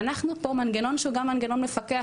ואנחנו פה מנגנון שהוא גם מנגנון מפקח,